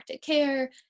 care